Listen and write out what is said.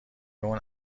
اون